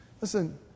Listen